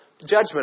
judgment